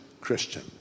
Christian